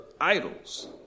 idols